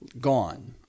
gone